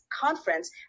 conference